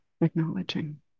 acknowledging